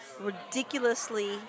ridiculously